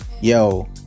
Yo